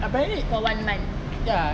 apparently ya